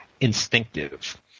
instinctive